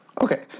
Okay